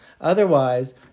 Otherwise